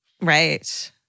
right